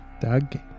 Doug